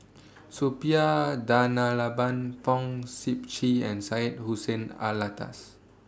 Suppiah Fong Sip Chee and Syed Hussein Alatas